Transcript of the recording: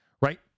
right